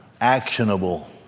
actionable